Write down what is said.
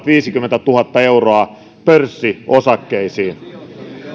viisikymmentätuhatta euroa pörssiosakkeisiin